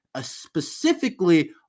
specifically